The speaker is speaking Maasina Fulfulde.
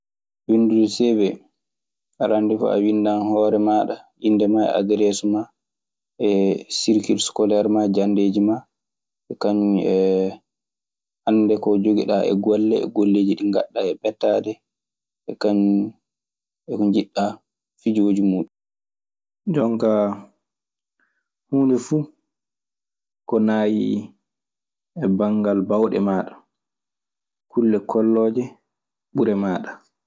Winndude CV, arannde fuu a winndan hoore maaɗa, innde maa e adereesu maa e sirkil eskoler maa. E janndeeji maa, kañum err annde ko jogii ɗaa e golle. E golleeji ɗi ngaɗaa e ɓettaade e kañum eko njiɗɗaa fijooji muuɗum. Jonkaa huunde fu ko naayii e banngal bawɗe maaɗa, kulle kollooje ɓure maaɗa.